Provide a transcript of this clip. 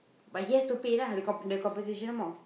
but he has to pay lah the com~ the compensation more